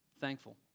Thankful